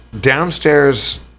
downstairs